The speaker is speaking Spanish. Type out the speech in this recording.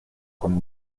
con